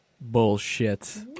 Bullshit